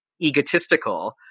egotistical